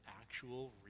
actual